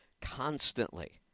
constantly